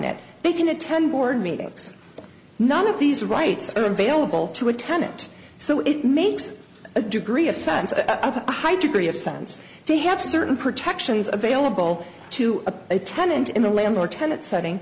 it they can attend board meetings none of these rights are available to a tenant so it makes a degree of sense a high degree of sense to have certain protections available to a tenant in the landlord tenant setting